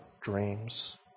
dreams